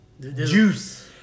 juice